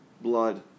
blood